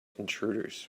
intruders